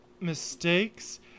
mistakes